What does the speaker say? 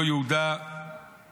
אותו יהודה הגיבור,